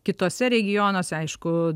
kituose regionuose aišku